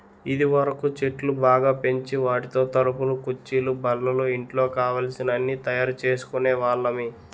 ఇదివరకు చెట్లు బాగా పెంచి వాటితో తలుపులు కుర్చీలు బల్లలు ఇంట్లో కావలసిన అన్నీ తయారు చేసుకునే వాళ్ళమి